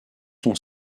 son